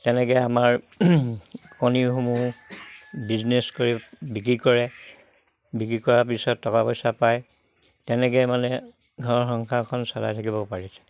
তেনেকে আমাৰ কণীসমূহ বিজনেছ কৰি বিক্ৰী কৰে বিক্ৰী কৰাৰ পিছত টকা পইচা পায় তেনেকে মানে ঘৰ সংসাৰখন চলাই থাকিব পাৰিছে